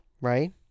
right